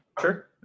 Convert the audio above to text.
sure